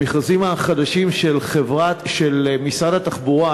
במכרזים החדשים של משרד התחבורה,